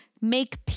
make